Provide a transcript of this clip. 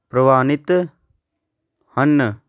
ਪ੍ਰਵਾਨਿਤ ਹਨ